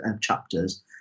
chapters